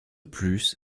plus